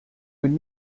would